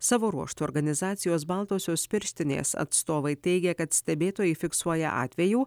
savo ruožtu organizacijos baltosios pirštinės atstovai teigė kad stebėtojai fiksuoja atvejų